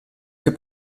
che